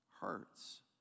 hurts